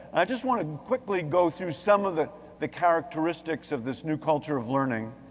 i just wanna quickly go through some of the the characteristics of this new culture of learning,